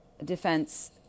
defense